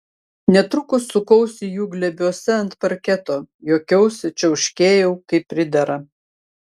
netrukus sukausi jų glėbiuose ant parketo juokiausi čiauškėjau kaip pridera